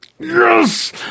Yes